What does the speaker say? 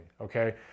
Okay